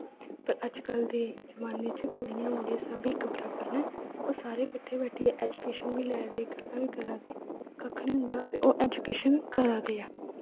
पर अज्ज दे जमान्ने च कुड़ियां मुड़े सब इक बराबर न ओह् सारे कट्ठे बैठियै ऐजुकेशन बी करा दे गल्लां बी करा दे कक्ख निं होंदा ते ओह् ऐजुकेशन करा दे ऐ